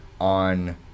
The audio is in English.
on